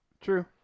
True